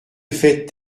fait